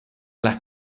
las